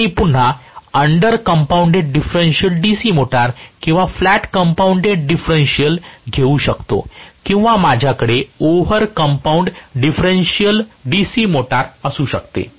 तर मी पुन्हा under compounded differential DC motor किंवा फ्लॅट कंपाऊंड डिफरेंशन घेऊ शकतो किंवा माझ्याकडे over compounded differential DC motor असू शकते